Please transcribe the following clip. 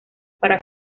para